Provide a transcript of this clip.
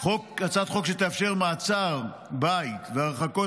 הצעת חוק שתאפשר מעצר בית והרחקות